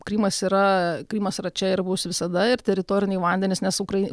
krymas yra krymas yra čia ir bus visada ir teritoriniai vandenys nes ukraina